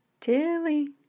Tilly